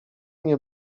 nie